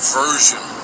version